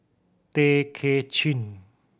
Tay Kay Chin